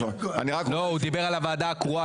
לא, הוא דיבר על הוועדה הקרואה.